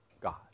God